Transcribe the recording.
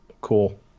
cool